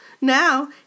Now